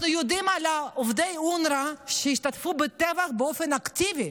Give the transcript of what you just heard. אנחנו יודעים על עובדי אונר"א שהשתתפו בטבח באופן אקטיבי,